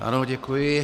Ano, děkuji.